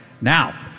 Now